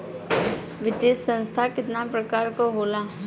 वित्तीय संस्था कितना प्रकार क होला?